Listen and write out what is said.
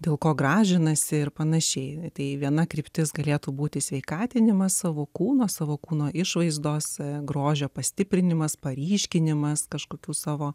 dėl ko gražinasi ir pan tai viena kryptis galėtų būti sveikatinimas savo kūno savo kūno išvaizdos grožio pastiprinimas paryškinimas kažkokių savo